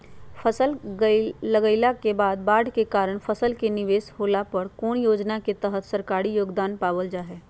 फसल लगाईला के बाद बाढ़ के कारण फसल के निवेस होला पर कौन योजना के तहत सरकारी योगदान पाबल जा हय?